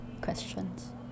questions